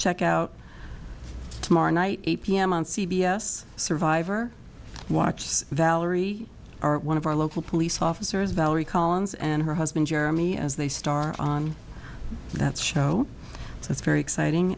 check out tomorrow night eight p m on c b s survivor watched valerie are one of our local police officers valerie collins and her husband jeremy as they star on that show so it's very exciting